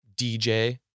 DJ